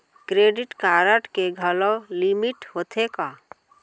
Credit card के घलव limit होथे का?